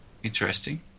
Interesting